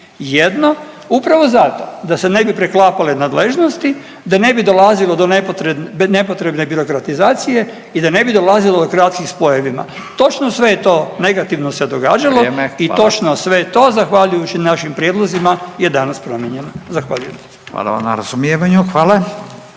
Jedno upravo zato da se ne bi preklapale nadležnosti, da ne bi dolazilo do nepotrebne birokratizacije i da ne bi dolazilo do kratkih spojevima, točno sve je to negativno se događalo …/Upadica Radin: Vrijeme, hvala./… i točno sve to zahvaljujući našim prijedlozima je danas promijenjeno. Zahvaljujem. **Radin, Furio (Nezavisni)** Hvala